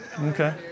Okay